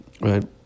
right